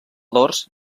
dors